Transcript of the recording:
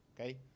okay